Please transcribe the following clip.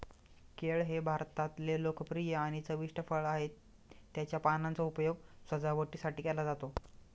केळ हे भारतातले लोकप्रिय आणि चविष्ट फळ आहे, त्याच्या पानांचा उपयोग सजावटीसाठी केला जातो